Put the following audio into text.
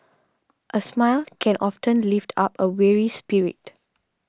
a smile can often lift up a weary spirit